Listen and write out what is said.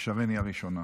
ושרן היא הראשונה.